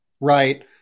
right